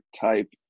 type